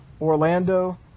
Orlando